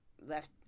Left